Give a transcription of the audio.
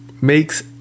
makes